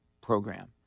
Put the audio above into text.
program